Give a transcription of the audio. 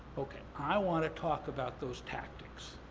okay, i wanna talk about those tactics.